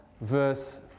verse